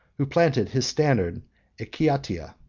who planted his standard at kiotahia,